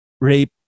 rape